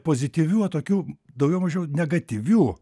pozityvių o tokių daugiau mažiau negatyvių